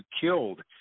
killed